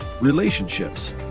relationships